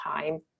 time